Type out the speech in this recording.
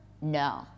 No